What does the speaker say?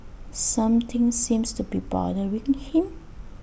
something seems to be bothering him